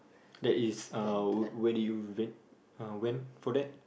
that is uh where do you ran uh went for that